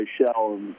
shell